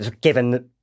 given